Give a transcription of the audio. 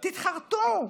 תתחרטו.